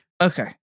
Okay